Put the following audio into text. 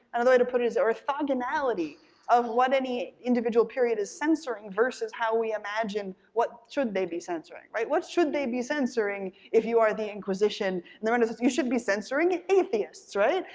another way to put it is orthogonality of what any individual period is censoring versus how we imagine what should they be censoring, right. what should they be censoring if you are the inquisition? and then and there is you should be censoring atheists, right.